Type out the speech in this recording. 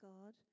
God